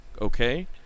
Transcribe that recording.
okay